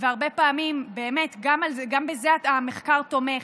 הרבה פעמים, באמת, גם בזה המחקר תומך,